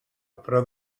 però